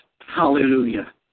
Hallelujah